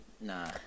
nah